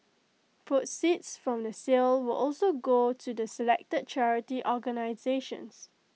proceeds from the sale will also go to the selected charity organisations